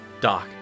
Doc